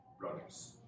brothers